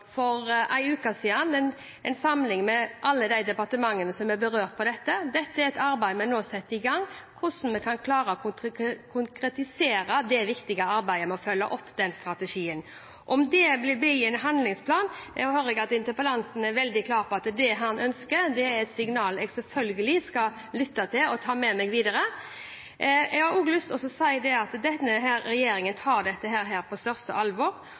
for en uke siden en samling med alle de departementene som er berørt av dette. Dette er et arbeid vi nå setter i gang – hvordan vi kan klare å konkretisere det viktige arbeidet med å følge opp den strategien. Og til om det vil bli en handlingsplan: Jeg hører at interpellanten er veldig klar på at det er det han ønsker, og det er et signal jeg selvfølgelig skal lytte til og ta med meg videre. Jeg har også lyst til å si at denne regjeringen tar dette på største alvor,